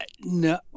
No